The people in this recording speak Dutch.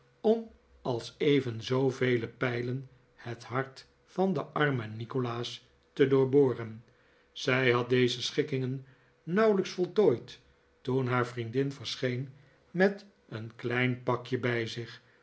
om als even zoovele pijlen het hart van den armen nikolaas te doorboren zij had deze schikkingen nauwelijks voltooid toen haar vriendin verscheen met een klein pakje bij zich